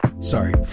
Sorry